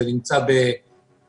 זה נמצא בעבודה.